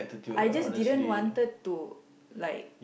I just didn't wanted to like